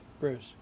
Bruce